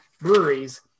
breweries